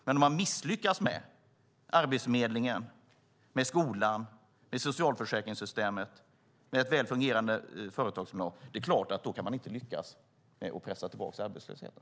Men om man misslyckas med Arbetsförmedlingen, skolan, socialförsäkringssystemet och ett väl fungerande företagsklimat, då är det klart att man inte kan lyckas pressa tillbaka arbetslösheten.